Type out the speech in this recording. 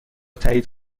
تایید